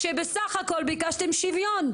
כשבסך הכל ביקשתם שוויון,